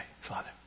Father